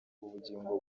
ubugingo